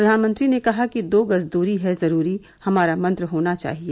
प्रधानमंत्री ने कहा कि दो गज दूरी है जरूरी हमारा मंत्र होना चाहिए